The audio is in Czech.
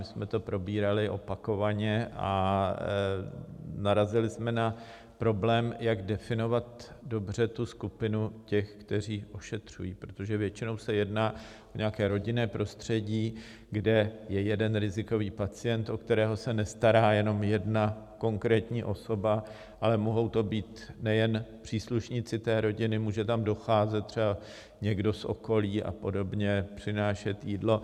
My jsme to probírali opakovaně a narazili jsme na problém, jak definovat dobře tu skupinu těch, kteří ošetřují, protože většinou se jedná o nějaké rodinné prostředí, kde je jeden rizikový pacient, o kterého se nestará jenom jedna konkrétní osoba, ale mohou to být nejen příslušníci té rodiny, může tam docházet třeba někdo z okolí a podobně, přinášet jídlo.